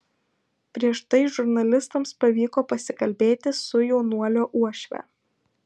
prieš tai žurnalistams pavyko pasikalbėti su jaunuolio uošve